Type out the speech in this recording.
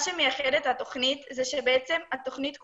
מה שמייחד את התכנית זה שבעצם התכנית כולה,